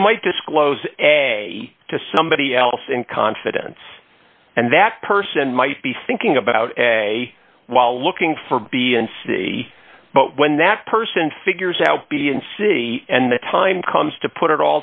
you might disclose a to somebody else in confidence and that person might be thinking about a while looking for b and c but when that person figures out b and c and the time comes to put it